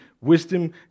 Wisdom